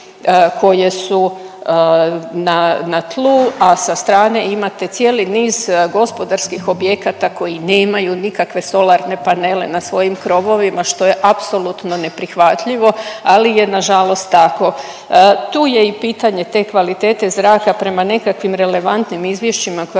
koje su na tlu, a sa strane imate cijeli niz gospodarskih objekata koji nemaju nikakve solarne panele na svojim krovovima što je apsolutno neprihvatljivo, ali je nažalost tako. Tu je i pitanje te kvalitete zraka. Prema nekakvim relevantnim izvješćima koja